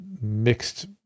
mixed